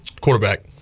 quarterback